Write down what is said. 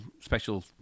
special